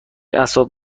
اسباب